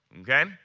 okay